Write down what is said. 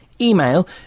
Email